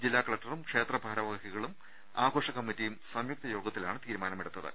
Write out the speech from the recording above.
ജില്ലാ കല ക്ടറും ക്ഷേത്ര ഭാരവാഹികളും ആഘോഷ കമ്മിറ്റിയും സംയുക്ത യോഗത്തിലാണ് തീരുമാനമെടുത്തത്